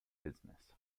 business